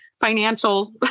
financial